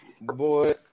Boy